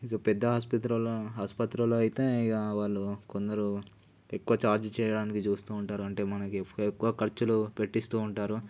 ఇక పెద్ద ఆసుపత్రిలో ఆసుపత్రిలో అయితే ఇక వాళ్ళు కొందరు ఎక్కువ చార్జ్ చేయడానికి చూస్తూ ఉంటారు అంటే మనకి ఎక్కువ ఖర్చులు పెట్టిస్తూ ఉంటారు